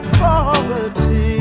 poverty